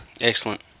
Excellent